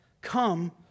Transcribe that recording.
come